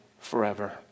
forever